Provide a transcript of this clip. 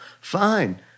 fine